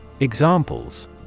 Examples